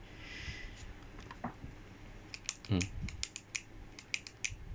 mm